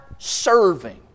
Serving